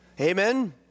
Amen